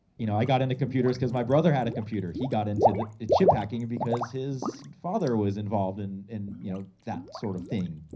you know, i got into computers because my brother had a computer. he got into the chip hacking, because his father was involved in in you know that sort of thing,